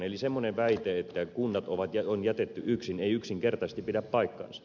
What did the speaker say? eli semmoinen väite että kunnat on jätetty yksin ei yksinkertaisesti pidä paikkaansa